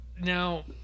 now